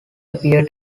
appeared